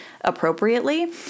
appropriately